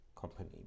company